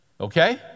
Okay